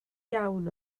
iawn